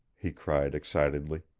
he cried excitedly,